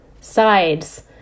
sides